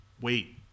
wait